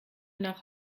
nach